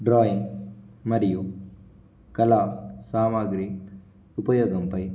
drawing మరియు కళా సామాగ్రి ఉపయోగంపై